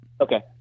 Okay